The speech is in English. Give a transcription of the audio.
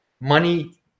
Money